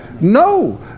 No